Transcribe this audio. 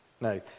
No